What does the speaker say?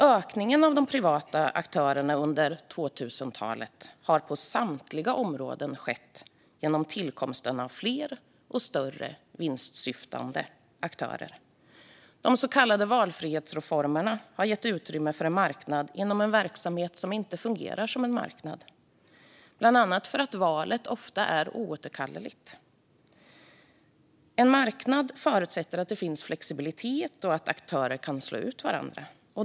Ökningen av de privata aktörerna under 2000-talet har på samtliga områden skett genom tillkomsten av fler och större vinstsyftande aktörer. De så kallade valfrihetsreformerna har gett utrymme för en marknad inom en verksamhet som inte fungerar som en marknad, bland annat för att valet ofta är oåterkalleligt. En marknad förutsätter att det finns flexibilitet och att aktörer kan slå ut varandra.